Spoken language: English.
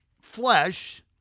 flesh